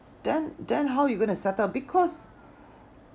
then then how you gonna settle because